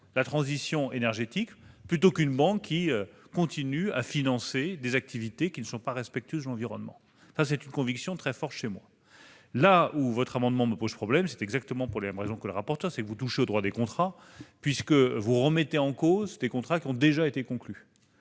la transition énergétique plutôt que dans une banque qui continue à financer des activités qui ne sont pas respectueuses de l'environnement. C'est une conviction très forte chez moi. Toutefois, votre amendement me pose problème pour les mêmes raisons que M. le rapporteur. En effet, vous touchez au droit des contrats parce que vous remettez en cause des contrats déjà conclus.